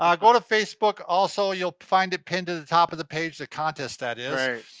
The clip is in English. um go to facebook also, you'll find it pinned to the top of the page, the contest that is.